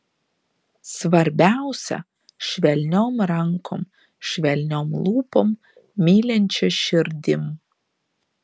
svarbiausia švelniom rankom švelniom lūpom mylinčia širdim